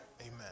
Amen